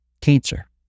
Cancer